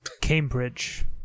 Cambridge